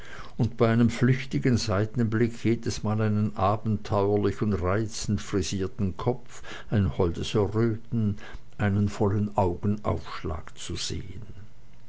und bei einem flüchtigen seitenblick jedesmal einen abenteuerlich und reizend frisierten kopf ein holdes erröten einen vollen augenaufschlag zu sehen